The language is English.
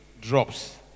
drops